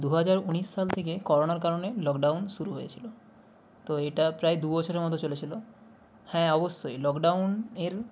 দুহাজার উনিশ সাল থেকে করোনার কারণে লক ডাউন শুরু হয়েছিলো তো এটা প্রায় দু বছরের মতো চলেছিলো হ্যাঁ অবশ্যই লক ডাউনের